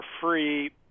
free